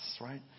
right